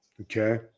okay